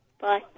Bye